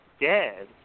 dead